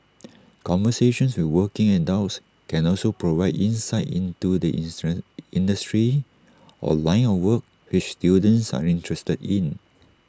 conversations with working adults can also provide insight into the industry or line of work which students are interested in